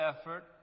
effort